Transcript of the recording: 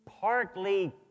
partly